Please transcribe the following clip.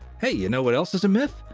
hey, you know what else is a myth?